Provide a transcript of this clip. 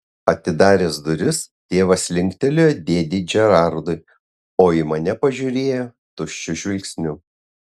atidaręs duris tėvas linktelėjo dėdei džerardui o į mane pažiūrėjo tuščiu žvilgsniu